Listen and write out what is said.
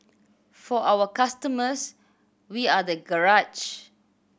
for our customers we are the garage